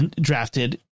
drafted